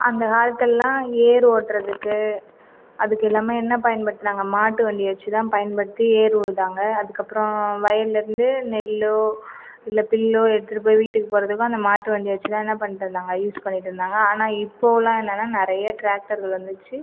அந்த காலத்துலல்லாம் ஏர் ஓட்டுறதுக்கு அதுக்கெல்லாமே என்ன பயன்படுத்தினாங்க மாட்டுவண்டியை வச்சு தான் பயன்படுத்தி ஏர் உழுதாங்க அதுக்கப்புறம் வயல்லேர்ந்து நெல் இல்லை பில் எடுத்துட்டு போய் வீட்டுக்கு போடுறதுக்கும் அந்த மாட்டுவண்டியை வச்சுதான் என்ன பண்ணிட்டிருந்தாங்க யூஸ் பண்ணிட்டிருந்தாங்க ஆனால் இப்போலாம் என்னெனா நிறையா டிராக்டர்கள் வந்துருச்சி